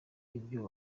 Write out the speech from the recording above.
ibyo